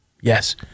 Yes